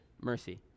mercy